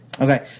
Okay